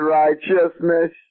righteousness